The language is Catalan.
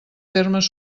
termes